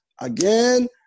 Again